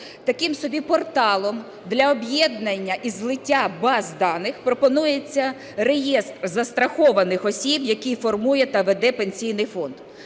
таким собі порталом для об'єднання і злиття баз даних, пропонується реєстр застрахованих осіб, який формує та веде Пенсійний фонд.